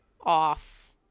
off